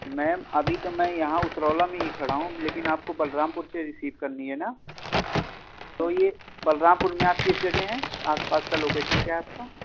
میم ابھی تو میں یہاں اترولہ میں ہی کھڑا ہوں لیکن آپ کو بلرام پور سے ریسیو کرنی ہے نا تو یہ بلرام پور میں آپ کس جگہ ہیں آس پاس کا لوکیشن کیا ہے آپ کا